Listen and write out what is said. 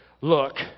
look